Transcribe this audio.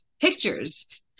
pictures